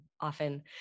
often